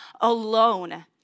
alone